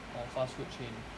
or fast food chain